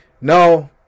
no